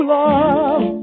love